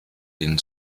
den